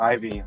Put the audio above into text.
Ivy